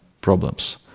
problems